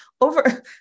over